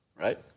right